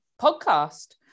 podcast